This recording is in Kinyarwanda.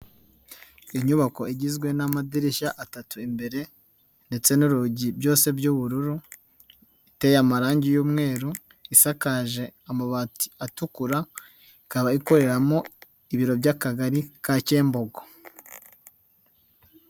Inyubako igizwe n'amadirishya atatu imbere, ndetse n'urugi byose by'ubururu, iteye amarangi y'umweru, isakaje amabati atukura. Ikaba ikoreramo ibiro by'akagari ka Kembogo.